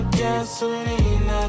gasoline